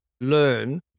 learn